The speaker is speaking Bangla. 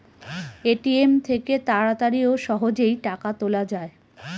এ.টি.এম থেকে তাড়াতাড়ি ও সহজেই টাকা তোলা যায়